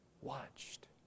watched